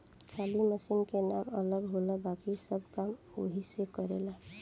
खाली मशीन के नाम अलग होला बाकिर सब काम ओहीग करेला